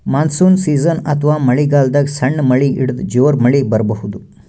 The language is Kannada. ಮಾನ್ಸೂನ್ ಸೀಸನ್ ಅಥವಾ ಮಳಿಗಾಲದಾಗ್ ಸಣ್ಣ್ ಮಳಿ ಹಿಡದು ಜೋರ್ ಮಳಿ ಬರಬಹುದ್